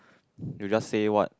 you just say what